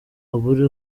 abure